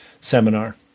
seminar